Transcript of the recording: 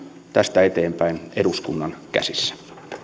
tästä eteenpäin eduskunnan käsissä